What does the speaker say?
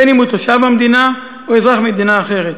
בין אם הוא תושב המדינה או אזרח מדינה אחרת.